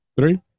Three